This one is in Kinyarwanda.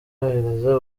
yohereza